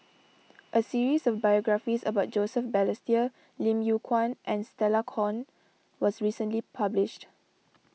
a series of biographies about Joseph Balestier Lim Yew Kuan and Stella Kon was recently published